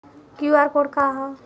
QR code का ह?